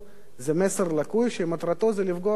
זה מסר לקוי שמטרתו לפגוע במדינה.